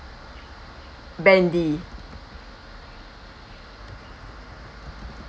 bendy